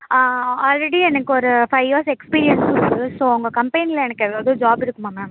already எனக்கு ஒரு five years எக்ஸ்பீரியன்ஸ்ஸும் இருக்குது ஸோ உங்கள் கம்பெனியில் எனக்கு எதாவது ஜாப் இருக்குமா மேம்